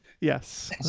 Yes